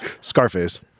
Scarface